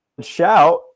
shout